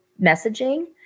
messaging